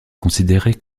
considérés